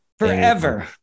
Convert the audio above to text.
Forever